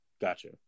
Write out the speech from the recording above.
Gotcha